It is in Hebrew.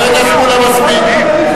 חבר הכנסת מולה, מספיק.